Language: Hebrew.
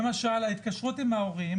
למשל, ההתקשרות עם ההורים